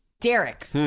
Derek